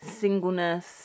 singleness